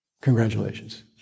Congratulations